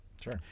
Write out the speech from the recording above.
sure